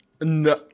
No